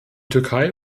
türkei